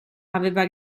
aveva